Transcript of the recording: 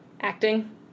acting